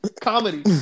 comedy